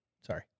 Sorry